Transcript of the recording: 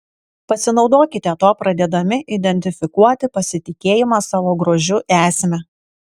pasinaudokite tuo pradėdami identifikuoti pasitikėjimo savo grožiu esmę